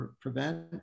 prevent